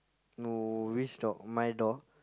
no which dog my dog